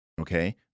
Okay